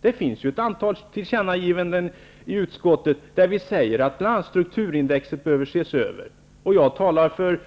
Det finns ett antal tillkännagivanden från utskottet. Vi säger bl.a. att strukturindexet behöver ses över.